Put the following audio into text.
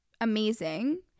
amazing